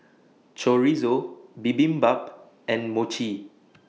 Chorizo Bibimbap and Mochi